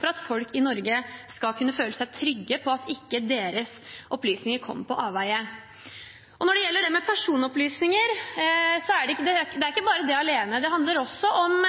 for at folk i Norge skal kunne føle seg trygge på at deres opplysninger ikke kommer på avveier. Det handler ikke bare om personopplysninger alene. Det handler også om